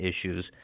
issues